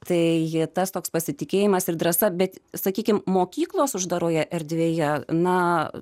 tai tas toks pasitikėjimas ir drąsa bet sakykime mokyklos uždaroje erdvėje na